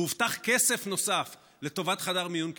והובטח כסף נוסף לטובת חדר מיון קדמי,